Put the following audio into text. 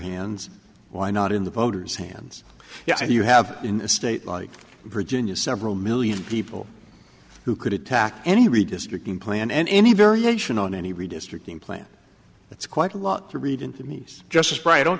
hands why not in the voters hands yeah you have in a state like virginia several million people who could attack any redistricting plan and any variation on any redistricting plan that's quite a lot to read into means just right don't